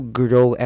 grow